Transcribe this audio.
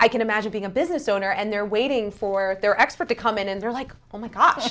i can imagine being a business owner and they're waiting for their expert to come in and they're like oh my gosh